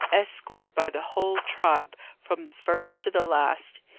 escorted by the whole tribe, from the first to the last.